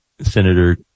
Senator